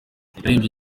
yaririmbye